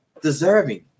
deserving